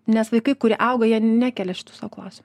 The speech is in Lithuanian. nes vaikai kurie auga jie nekelia šitų sau klausimų